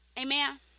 Amen